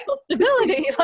stability